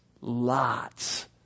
lots